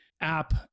app